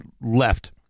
left